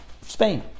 Spain